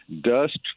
dust